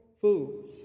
fools